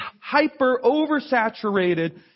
hyper-oversaturated